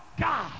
God